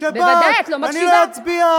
אה, את מוציאה